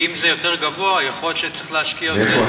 אם זה יותר גבוה, יכול להיות שצריך להשקיע יותר.